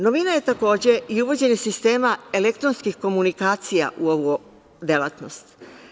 Novina je takođe i uvođenje sistema elektronskih komunikacija u ovu delatnost.